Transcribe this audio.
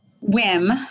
whim